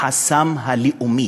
החסם הלאומי.